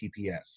PPS